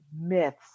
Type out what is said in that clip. myths